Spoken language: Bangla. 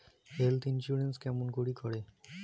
হেল্থ ইন্সুরেন্স কেমন করি করে?